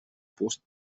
пост